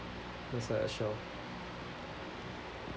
kau stuck at shore